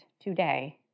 today